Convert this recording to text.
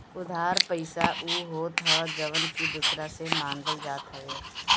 उधार पईसा उ होत हअ जवन की दूसरा से मांगल जात हवे